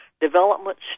Development